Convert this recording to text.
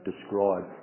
describe